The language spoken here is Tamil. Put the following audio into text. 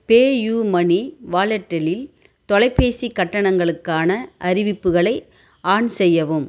பேயூமனி வாலெட்டிலில் தொலைபேசி கட்டணங்களுக்கான அறிவிப்புகளை ஆன் செய்யவும்